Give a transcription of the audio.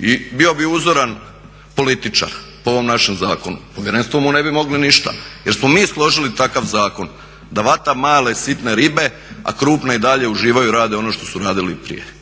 I bio bi uzoran političar po ovom našem zakonu. Povjerenstvo mu ne bi moglo ništa jer smo mi složili takav zakon da hvata male sitne ribe a krupne i dalje uživaju i rade ono što su radili i prije.